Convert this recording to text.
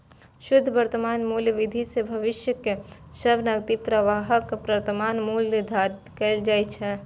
शुद्ध वर्तमान मूल्य विधि सं भविष्यक सब नकदी प्रवाहक वर्तमान मूल्य निर्धारित कैल जाइ छै